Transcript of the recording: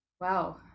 Wow